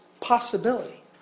possibility